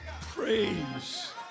praise